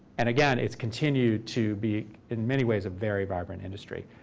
and again, it's continued to be, in many ways, a very vibrant industry.